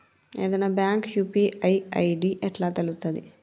ఏదైనా bank UPI ID ఎట్లా తెలుత్తది?